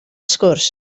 sgwrs